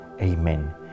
Amen